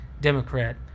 democrat